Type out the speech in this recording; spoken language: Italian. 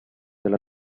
dalla